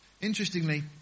Interestingly